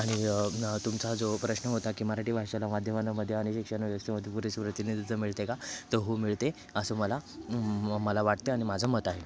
आणि तुमचा जो प्रश्न होता की मराठी भाषेला माध्यमांमध्ये आणि शिक्षण व्यवस्थेमध्ये पुरेसे प्रतिनिधित्व मिळते का तर हो मिळते असं मला मला वाटते आणि माझं मत आहे